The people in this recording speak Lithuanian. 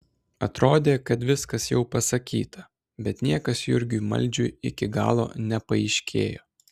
atrodė kad viskas jau pasakyta bet niekas jurgiui maldžiui iki galo nepaaiškėjo